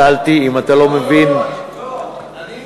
התנצלתי, אם אתה לא מבין, לא, לא, לא.